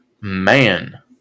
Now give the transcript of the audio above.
man